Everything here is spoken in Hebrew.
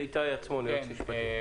איתי עצמון, בבקשה.